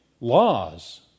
laws